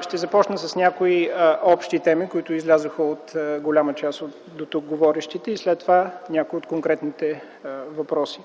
Ще започна с някои общи теми, които излязоха от голяма част от дотук говорещите, след това ще отговоря на някои от конкретните въпроси.